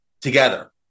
together